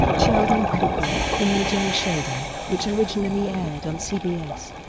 sheldon cooper, named young sheldon, which originally aired on cbs.